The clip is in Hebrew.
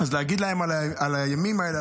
אז להגיד להם על הימים האלה,